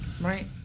Right